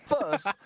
first